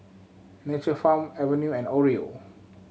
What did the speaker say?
Nature Farm Acuvue and Oreo